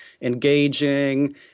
engaging